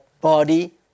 body